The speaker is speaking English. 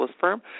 firm